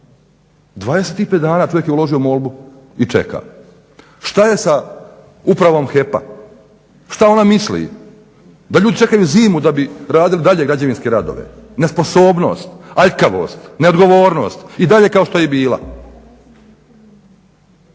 25 dana čovjek je uložio molbu i čeka. Šta je sa Upravom HEP-a, šta ona misli, da ljudi čekaju zimu da bi radili dalje građevinske radove. Nesposobnost, aljkavost, neodgovornost i dalje kao što je i bila.